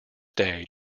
day